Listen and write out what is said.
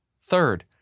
Third